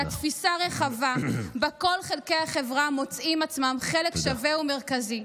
אלא תפיסה רחבה שבה כל חלקי החברה מוצאים עצמם חלק שווה ומרכזי.